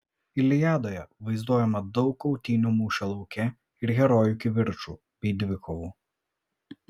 iliadoje vaizduojama daug kautynių mūšio lauke ir herojų kivirčų bei dvikovų